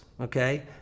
okay